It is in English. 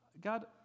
God